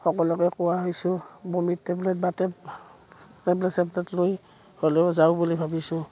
সকলোকে কোৱা হৈছোঁ বমিৰ টেবলেট বা টেবলেট চেবলেট লৈ হ'লেও যাওঁ বুলি ভাবিছোঁ